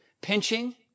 pinching